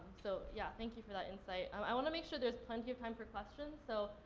so, yeah, thank you for that insight. i wanna make sure there's plenty of time for questions. so,